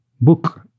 book